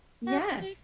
Yes